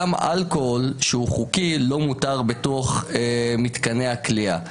גם אלכוהול שהוא חוקי לא מותר בתוך מתקני הכליאה,